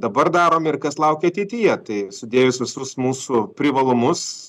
dabar daromi ir kas laukia ateityje tai sudėjus visus mūsų privalumus